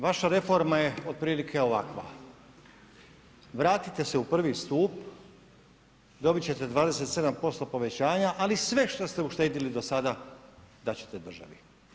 Vaša reforma je otprilike ovakva: Vratite se u I. stup, dobit ćete 27% povećanja, ali sve što ste uštedili do sada dat ćete državi.